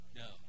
no